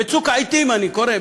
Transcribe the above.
בצוק העתים אני קורא,